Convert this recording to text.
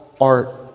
art